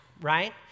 right